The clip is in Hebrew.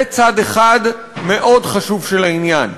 זה צד אחד מאוד חשוב של העניין.